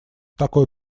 такой